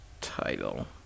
title